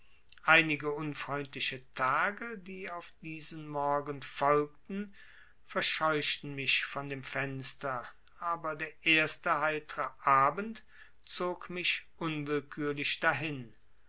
einige unfreundliche tage die auf diesen morgen folgten verscheuchten mich von dem fenster aber der erste heitre abend zog mich unwillkürlich dahin